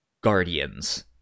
guardians